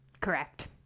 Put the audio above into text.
correct